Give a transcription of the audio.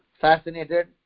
fascinated